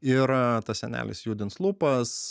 ir tas senelis judins lūpas